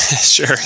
Sure